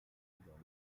dans